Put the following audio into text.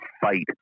fight